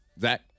Zach